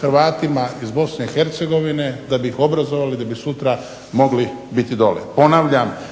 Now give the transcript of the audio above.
Hrvatima iz Bosne i Hercegovine da bi ih obrazovali da bi sutra mogli biti dole.